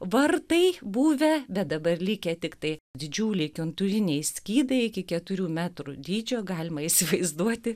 vartai buvę bet dabar likę tiktai didžiuliai kontūriniai skydai iki keturių metrų dydžio galima įsivaizduoti